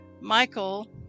Michael